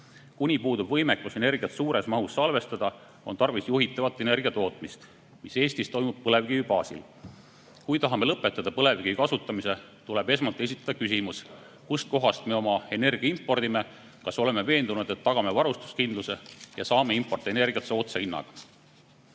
Kuni puudub võimekus energiat suures mahus salvestada, on tarvis juhitavat energiatootmist, mis Eestis toimub põlevkivi baasil. Kui tahame lõpetada põlevkivi kasutamise, tuleb esmalt esitada küsimus, kust me oma energia impordime. Kas oleme veendunud, et tagame varustuskindluse ja saame importenergiat soodsa hinnaga?